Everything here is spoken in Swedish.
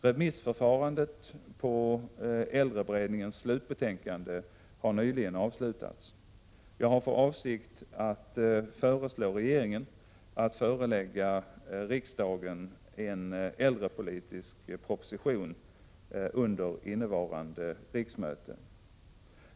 Remissförfarandet på äldreberedningens slutbetänkande har nyligen avslutats. Jag har för avsikt att föreslå regeringen att förelägga riksdagen en äldrepolitisk proposition under innevarande riksmöte.